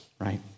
right